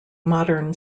modern